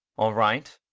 all right.